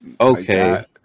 Okay